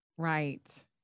Right